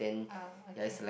ah okay